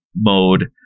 mode